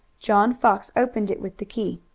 john fox opened it with the key.